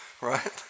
right